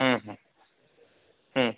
হুম হুম হুম